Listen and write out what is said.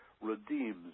redeems